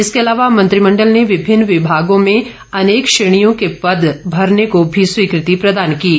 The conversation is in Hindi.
इसके अलावा मंत्रिमंडल ने विभिन्न विभागों में अनेक श्रेणियों के पद भरने को भी स्वीकृति प्रदान की है